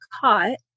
caught